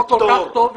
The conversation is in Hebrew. החוק כל כך לטובתכם.